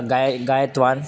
गायनं गीतवान्